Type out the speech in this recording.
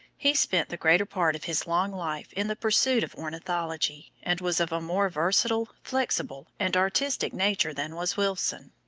he spent the greater part of his long life in the pursuit of ornithology, and was of a more versatile, flexible, and artistic nature than was wilson.